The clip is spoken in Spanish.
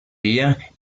día